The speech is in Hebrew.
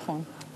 נכון.